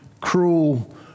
cruel